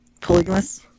polygamous